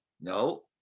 no